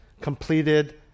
completed